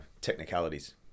technicalities